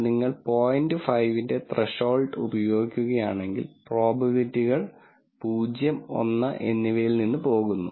5 ന്റെ ത്രെഷോൾഡ് ഉപയോഗിക്കുകയാണെങ്കിൽ പ്രോബബിലിറ്റികൾ 0 1 എന്നിവയിൽ നിന്ന് പോകുന്നു